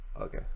Okay